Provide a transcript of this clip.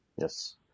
Yes